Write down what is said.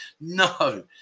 No